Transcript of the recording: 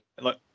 Look